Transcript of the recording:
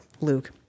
Luke